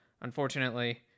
unfortunately